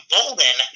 Bolden